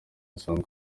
asanzwe